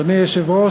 אדוני היושב-ראש,